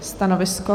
Stanovisko?